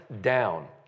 down